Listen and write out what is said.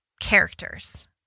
characters